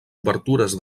obertures